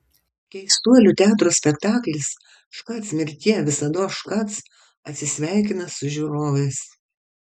keistuolių teatro spektaklis škac mirtie visados škac atsisveikina su žiūrovais